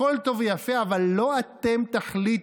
הכול טוב ויפה, אבל לא אתם תחליטו.